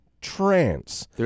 trance